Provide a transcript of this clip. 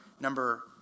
number